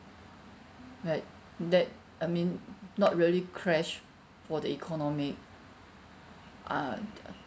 like that I mean not really crash for the economic uh the